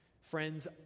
Friends